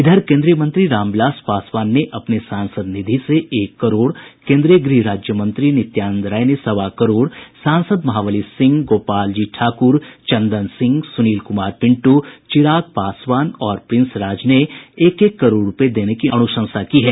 इधर कोन्द्रीय मंत्री रामविलास पासवान ने अपने सांसद निधि से एक करोड़ केन्द्रीय गृह राज्य मंत्री नित्यानंद राय ने सवा करोड़ सांसद महाबली सिंह गोपालजी ठाक्र चंदन सिंह सुनील कुमार पिंटू चिराग पासवान और प्रिंस राज ने एक एक करोड़ रूपये देने की अनुशंसा की है